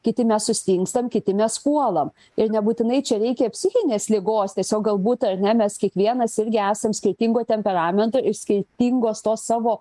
kiti mes sustingstam kiti mes puolam ir nebūtinai čia reikia psichinės ligos tiesiog galbūt ar ne mes kiekvienas irgi esam skirtingo temperamento iš skirtingos tos savo